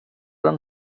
den